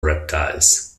reptiles